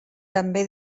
també